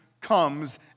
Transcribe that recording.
comes